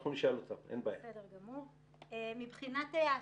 מבחינת האסירים,